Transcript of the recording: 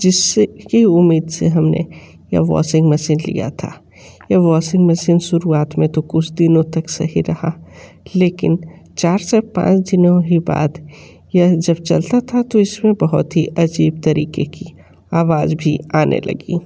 जिस से कि उम्मीद से हम ने यह वॉसिंग मसीन लिया था ये वॉसिंग मसीन शुरुवात में तो कुस दिनों तक सही रहा लेकिन चार से पाँच दिनों ही बाद यह जब चलता था तो इस में बहुत ही अजीब तरीक़े की आवाज़ भी आने लगी